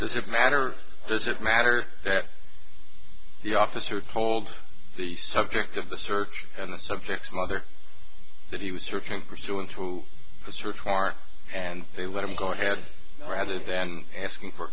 does it matter does it matter that the officer told the subject of the search and the subject's mother that he was referring pursuant to the search warrant and they let him go ahead rather than asking for